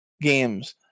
games